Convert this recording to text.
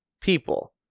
people